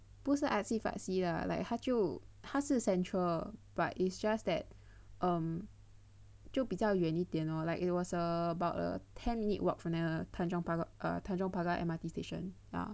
不是 artsy fartsy lah like 他就他是 central but it's just that um 就比较远一点 lor like it was about a ten minute walk from the tanjong pagar err tanjong pagar M_R_T station